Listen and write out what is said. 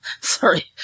sorry